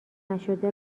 نشده